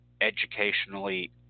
educationally